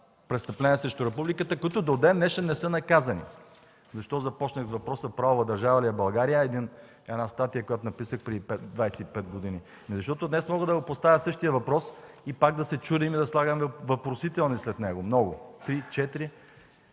престъпление срещу републиката, които до ден-днешен не са наказани! Защо започнах с въпроса „Правова държава ли е България?” – една статия, която написах преди 25 години. Днес мога да поставя същия въпрос и пак да се чудим и да слагаме въпросителни след него, много – три, четири,